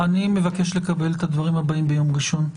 אני מבקש לקבל את הדברים הבאים ביום ראשון.